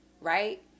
Right